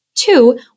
Two